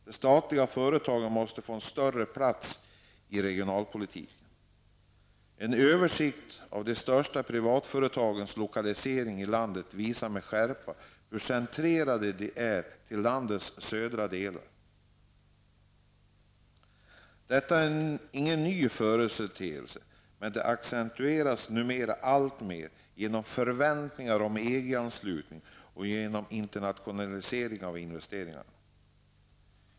De statliga företagen måste få en större plats i regionalpolitiken. En översikt av de största privatföretagens lokaliseringar i landet visar med skärpa hur centrerade de är till landets södra delar. Detta är ingen ny företeelse, men det accentueras numera alltmer genom förväntningarna om EG anslutning och genom internationalisering av investeringarna.